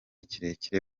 kirekire